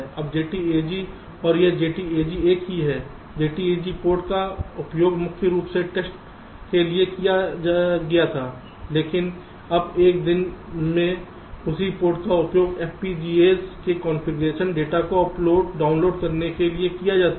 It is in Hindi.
अब JTAG और यह JTAG एक ही है JTAG पोर्ट का उपयोग मुख्य रूप से टेस्ट के लिए किया गया था लेकिन अब एक दिन में उसी पोर्ट का उपयोग FPGAs के कॉन्फ़िगरेशन डेटा को डाउनलोड करने के लिए किया जाता है